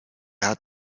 hat